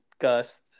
Gust